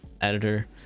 editor